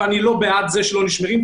ואני לא בעד זה שלא נשמרים,